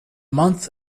month